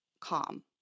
calm